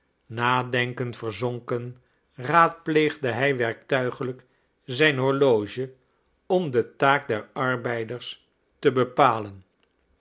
nadenken verzonken raadpleegde hij werktuigelijk zijn horloge om de taak der arbeiders te bepalen